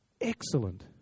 excellent